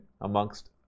amongst